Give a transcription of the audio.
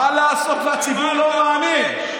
מה לעשות שהציבור לא מאמין?